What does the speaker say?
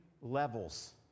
levels